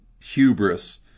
hubris